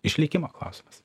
išlikimo klausimas